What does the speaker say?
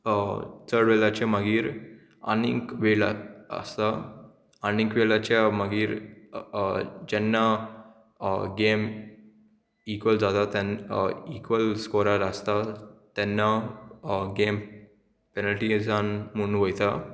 चड वेलाचे मागीर आनीक वेलाक आसता आनीक वेलाच्या मागीर जेन्ना गेम इक्वल जाता तेन्न इक्वल स्कोरार आसता तेन्ना गेम पॅनल्टी जान म्हून वयता